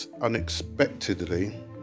unexpectedly